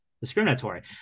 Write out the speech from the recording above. discriminatory